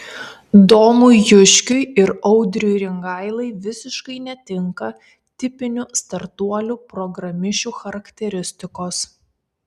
domui juškiui ir audriui ringailai visiškai netinka tipinių startuolių programišių charakteristikos